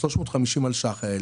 ה-350 מיליוני שקלים אלה,